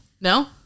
No